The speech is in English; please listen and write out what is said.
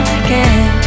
again